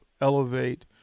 elevate